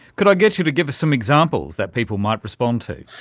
could i get you to give us some examples that people might respond to?